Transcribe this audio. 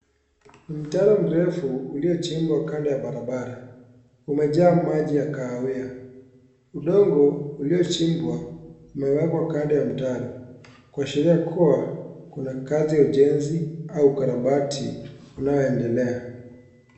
Ni mtaro mkubwa uliochimbwa kando ya barabara. Umejaa majii ya kahawia. Udongo uliochimbwa umewekwa kando ya mtaro kuashiria kuwa kuna kazi ya ujenzi au ukurabati unaoendelea.